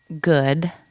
good